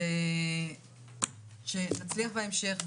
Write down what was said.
שתצליח בהמשך.